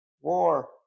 war